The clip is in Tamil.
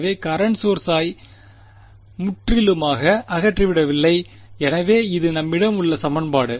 எனவே கரண்ட் சோர்சாய் முற்றிலுமாக அகற்றிவிடவில்லை எனவே இது நம்மிடம் உள்ள சமன்பாடு